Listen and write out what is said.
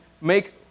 make